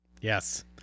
Yes